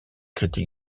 critiques